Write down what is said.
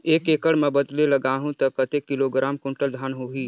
एक एकड़ मां बदले लगाहु ता कतेक किलोग्राम कुंटल धान होही?